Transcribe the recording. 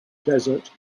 desert